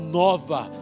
nova